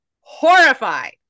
horrified